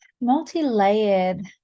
multi-layered